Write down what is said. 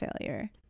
failure